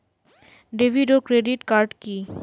David ও credit card কি?